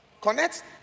connect